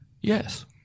Yes